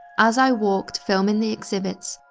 as i walked filming the exhibits,